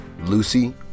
Lucy